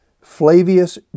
Flavius